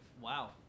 Wow